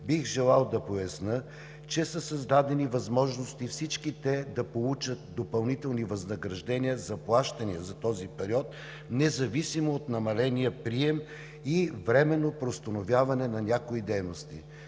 бих желал да поясня, че са създадени възможности всички те да получат допълнителни възнаграждения – заплащане за този период, независимо от намаления прием и временно преустановяване на някои дейности.